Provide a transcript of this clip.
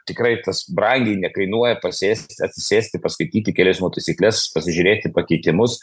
tikrai tas brangiai nekainuoja sėstis atsisėsti paskaityti kelių eismo taisykles pasižiūrėti pakeitimus